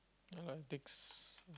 uh takes